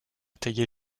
tailler